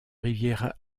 rivière